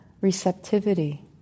receptivity